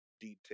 detail